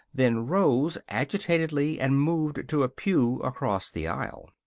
then rose agitatedly and moved to a pew across the aisle.